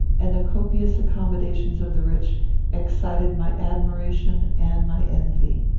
and the copious accommodations of the rich excited my admiration and my envy.